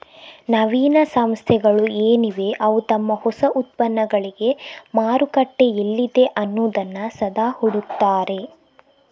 ನವೀನ ಸಂಸ್ಥೆಗಳು ಏನಿವೆ ಅವು ತಮ್ಮ ಹೊಸ ಉತ್ಪನ್ನಗಳಿಗೆ ಮಾರುಕಟ್ಟೆ ಎಲ್ಲಿದೆ ಅನ್ನುದನ್ನ ಸದಾ ಹುಡುಕ್ತಾರೆ